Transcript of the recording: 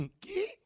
Key